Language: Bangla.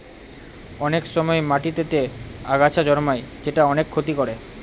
অনেক সময় মাটিতেতে আগাছা জন্মায় যেটা অনেক ক্ষতি করে